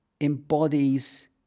embodies